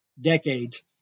decades